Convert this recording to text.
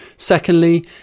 Secondly